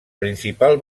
principal